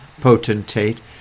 potentate